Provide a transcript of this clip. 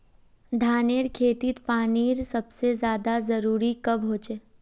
धानेर खेतीत पानीर सबसे ज्यादा जरुरी कब होचे?